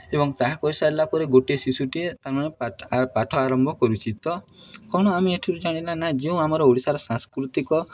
ଏବଂ ତାହା କରିସାରିଲା ପରେ ଗୋଟିଏ ଶିଶୁଟିଏ ତା'ମାନେ ପାଠ ପାଠ ଆରମ୍ଭ କରୁଛି ତ ତ କ'ଣ ଆମେ ଏଠିରୁ ଜାଣିଲା ନା ଯେଉଁ ଆମର ଓଡ଼ିଶାର ସାଂସ୍କୃତିକ